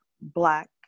Black